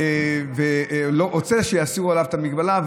כשהוא רוצה שיסירו מעליו את המגבלה,